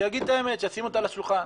שיגיד את האמת, שישים אותה על השולחן.